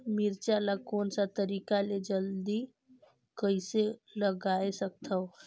मिरचा ला कोन सा तरीका ले जल्दी कइसे उगाय सकथन?